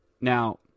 Now